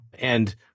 And-